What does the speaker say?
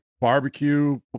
barbecue